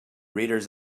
reader’s